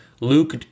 Luke